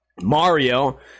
Mario